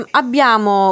abbiamo